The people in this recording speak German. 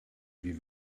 wie